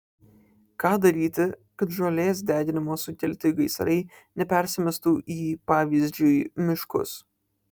ką daryti kad žolės deginimo sukelti gaisrai nepersimestų į pavyzdžiui miškus